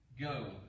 go